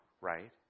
right